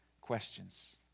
questions